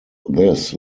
this